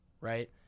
right